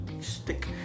stick